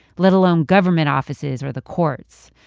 let alone government offices or the courts.